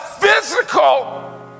physical